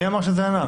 מי אמר שזה ענק?